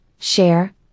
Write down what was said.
share